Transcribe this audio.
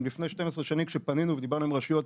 אם לפני 12 שנים כשפנינו ודיברנו עם רשויות,